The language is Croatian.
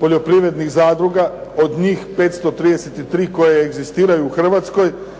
poljoprivrednih zadruga, od njih 533 koje egzistiraju u Hrvatskoj